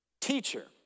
Teacher